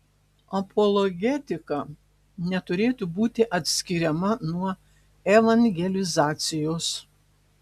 apologetika neturėtų būti atskiriama nuo evangelizacijos